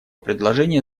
предложение